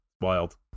Wild